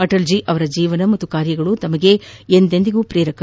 ಅಟಲ್ ಜೀ ಅವರ ಜೀವನ ಮತ್ತು ಕಾರ್ಯಗಳು ತಮಗೆ ಸದಾ ಪ್ರೇರಕ